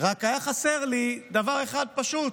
רק היה חסר לי דבר אחד פשוט.